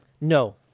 No